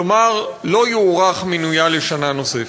כלומר לא יוארך מינויה בשנה נוספת.